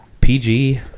pg